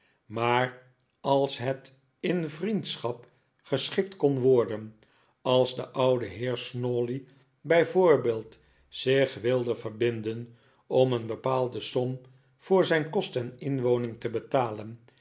maar als het in vriendschap geschikt kon worden als de oude heer snawley bij voorbeeld zich wilde verbinden om een bepaalde som voor zijn kost en inwoning te betalen